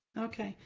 okay.